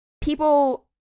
people